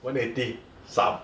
one eighty sup